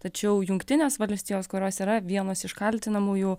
tačiau jungtinės valstijos kurios yra vienas iš kaltinamųjų